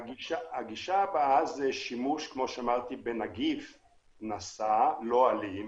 הגישה הבאה היא שימוש בנגיף-נשא לא אלים,